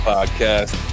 Podcast